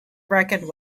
reckoned